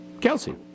Kelsey